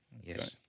Yes